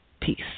peace